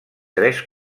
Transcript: tres